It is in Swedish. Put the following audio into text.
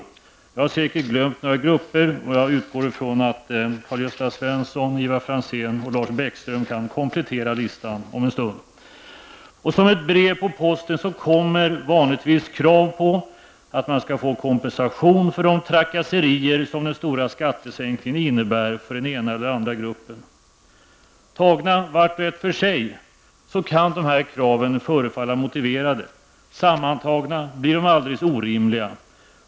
Jag har säkert glömt några grupper, och jag utgår från att Bäckström kan komplettera listan om en stund. Och som ett brev på posten kommer vanligtvis krav på att man skall få kompensation för de trakasserier som den stora skattesänkningen innebär för den ena eller andra gruppen. Tagna vart och ett för sig kan dessa krav förefalla motiverade. Men sammantagna blir de alldeles orimliga.